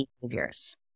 behaviors